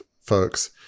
folks